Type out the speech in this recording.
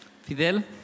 Fidel